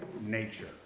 nature